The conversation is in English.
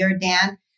Dan